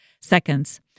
seconds